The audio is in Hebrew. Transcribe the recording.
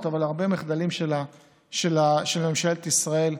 אבל להרבה מחדלים של ממשלת ישראל,